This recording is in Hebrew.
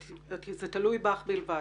זה תלוי בך בלבד.